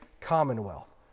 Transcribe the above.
commonwealth